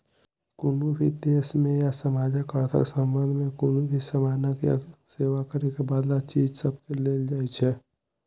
कुनु भी देश में आ समाजक अर्थक संबंध में कुनु भी समानक आ सेवा केर बदला चीज सबकेँ लेल जाइ छै